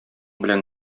белән